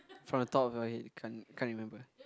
from the top of your head you can't can't remember ah